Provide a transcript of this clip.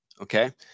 Okay